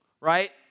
right